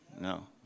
No